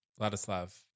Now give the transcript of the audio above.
Ladislav